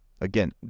Again